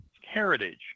heritage